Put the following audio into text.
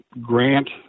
grant